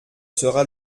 sera